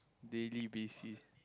daily basis